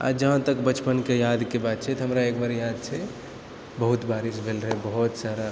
आ जहाँ तक बचपनके यादके बात छै तऽ हमरा एक बार याद छै बहुत बारिश भेल रहै बहुत सारा